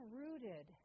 rooted